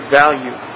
value